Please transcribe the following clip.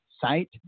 site